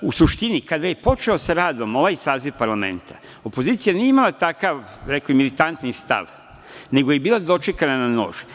U suštini, kada je počeo sa radom ovaj saziv parlamenta, opozicija nije imala takav militantni stav, nego je bila dočekana na nož.